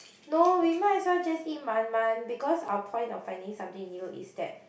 no we might as well just eat Miam Miam because our point of finding something new is that